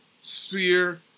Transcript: sphere